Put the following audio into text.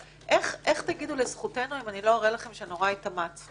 איך תגידו לזכותנו אם אני לא אראה לכם שמאוד התאמצנו?